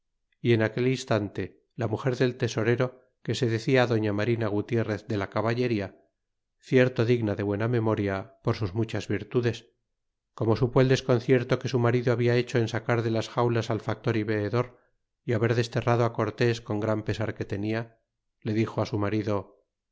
y en aquel instante la muger del tesorero quese decia doña marina gutierrez de la caballeria cierto digna de buena memoria por sus muchas virtudes como supo el desconcierto que su marido habla hecho en sacar de las xaulas al factor y veedor y haber desterrado cortés con gran pesar que tenia le dixo su marido